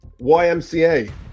YMCA